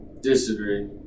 Disagree